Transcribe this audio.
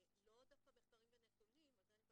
לאו דווקא מחקרים ונתונים, את זה אני מקבלת,